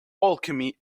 alchemy